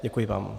Děkuji vám.